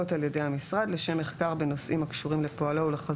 ידי המשרד לשם מחקר בנושאים הקשורים לפועלו ולחזונו